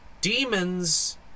demons